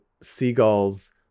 seagulls